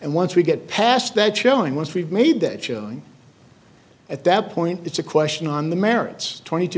and once we get past that showing once we've made that shown at that point it's a question on the merits twenty two